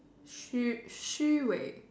虚虚伪